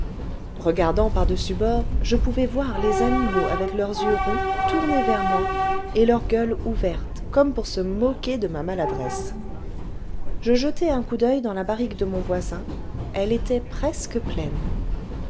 regardant par dessus bord je pouvais voir les animaux avec leurs yeux ronds tournés vers moi et leur gueule ouverte comme pour se moquer de ma maladresse je jetai un coup d'oeil dans la barrique de mon voisin elle était presque pleine